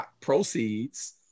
proceeds